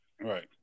right